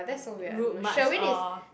route march all